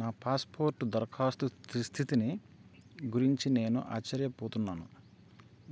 నా పాస్పోర్ట్ దరఖాస్తు స్థితిని గురించి నేను ఆచ్చర్యపోతున్నాను